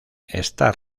está